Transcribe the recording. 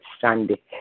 Sunday